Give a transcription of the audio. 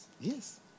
Yes